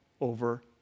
over